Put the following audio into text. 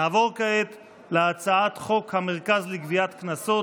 נעבור כעת להצעת חוק המרכז לגביית קנסות,